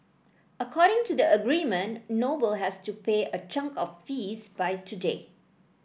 according to the agreement Noble has to pay a chunk of the fees by today